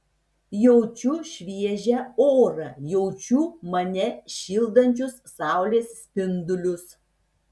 jaučiu šviežią orą jaučiu mane šildančius saulės spindulius